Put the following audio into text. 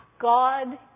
God